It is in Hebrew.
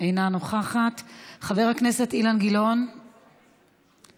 אינה נוכחת, חבר הכנסת אילן גילאון, מוותר.